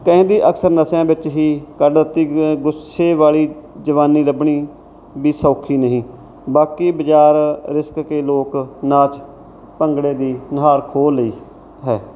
ਕਹਿੰਦੇ ਅਕਸਰ ਨਸ਼ਿਆਂ ਵਿੱਚ ਹੀ ਕੱਢ ਦਿੱਤੀ ਗਈ ਗੁੱਸੇ ਵਾਲੀ ਜਵਾਨੀ ਲੱਭਣੀ ਵੀ ਸੌਖੀ ਨਹੀਂ ਬਾਕੀ ਬਜ਼ਾਰ ਖਿਸਕ ਕੇ ਲੋਕ ਨਾਚ ਭੰਗੜੇ ਦੀ ਨੁਹਾਰ ਖੋਹ ਲਈ ਹੈ